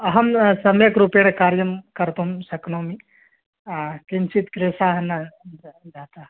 अहं सम्यक् रूपेण कार्यं कर्तुं शक्नोमि किञ्चित् क्लेशः न जातः